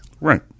right